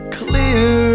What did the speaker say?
clear